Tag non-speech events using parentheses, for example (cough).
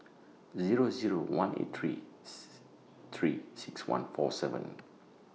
Zero Zero one eight three (unintelligible) three six one four seven